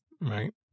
Right